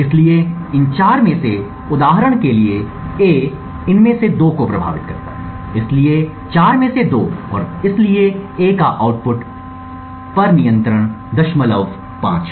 इसलिए इन चार में से उदाहरण के लिए A इनमें से दो को प्रभावित करता है इसलिए चार में से दो और इसलिए A का आउटपुट पर नियंत्रण 05 है